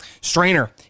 Strainer